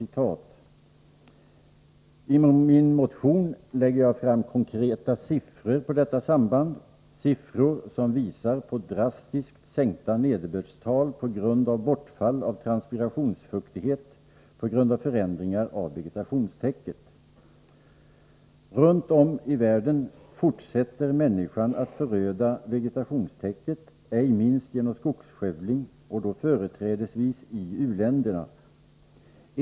I min motion lägger jag fram konkreta siffror på detta samband, siffror som visar på drastiskt sänkta nederbördstal på grund av bortfall av transpirationsfuktighet på grund av förändringar av vegetationstäcket. Runt om i världen fortsätter människan att föröda vegetationstäcket, ej minst genom skogsskövling och då företrädesvis i u-länderna.